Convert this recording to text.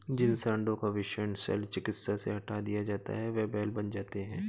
जिन साँडों का वृषण शल्य चिकित्सा से हटा दिया जाता है वे बैल बन जाते हैं